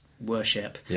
worship